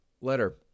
letter